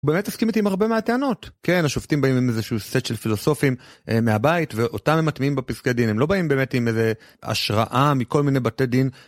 באמת הסכים איתי עם הרבה מהטענות, כן השופטים באים עם איזה שהוא סט של פילוסופים מהבית ואותם הם מתמיעים בפסקי דין, הם לא באים באמת עם איזה השראה מכל מיני בתי דין.